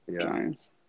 Giants